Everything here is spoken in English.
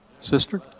Sister